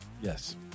Yes